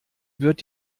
wird